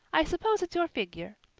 i suppose it's your figure.